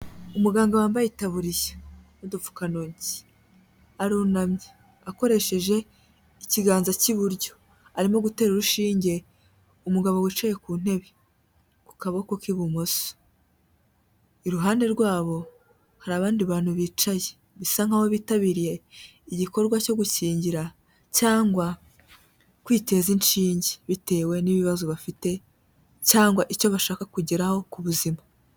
Umuganga wambaye itaburiya n'udupfukantoki, arunamye akoresheje ikiganza cy'iburyo arimo gutera urushinge umugabo wicaye ku ntebe ku kaboko k'ibumoso, iruhande rwabo hari abandi bantu bicaye bisa nkaho bitabiriye igikorwa cyo gukingira cyangwa kwiteza inshinge bitewe n'ibibazo bafite cyangwa icyo bashaka kugeraho ku buzima.